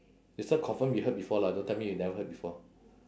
this one confirm you heard before lah don't tell me you never heard before